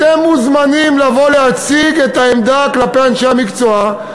אתם מוזמנים לבוא להציג את העמדה כלפי אנשי המקצוע,